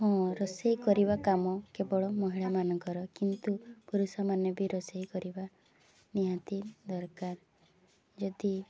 ହଁ ରୋଷେଇ କରିବା କାମ କେବଳ ମହିଳାମାନଙ୍କର କିନ୍ତୁ ପୁରୁଷମାନେ ବି ରୋଷେଇ କରିବା ନିହାତି ଦରକାର ଯଦି